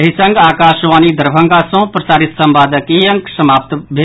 एहि संग आकाशवाणी दरभंगा सँ प्रसारित संवादक ई अंक समाप्त भेल